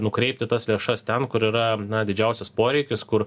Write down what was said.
nukreipti tas lėšas ten kur yra didžiausias poreikis kur